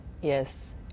yes